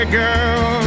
girl